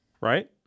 right